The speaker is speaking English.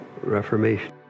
Reformation